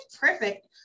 perfect